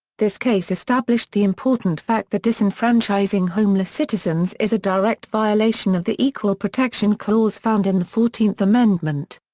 this case established the important fact that disenfranchising homeless citizens is a direct violation of the equal protection clause found in the fourteenth amendment.